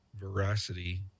veracity